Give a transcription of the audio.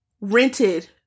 rented